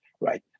right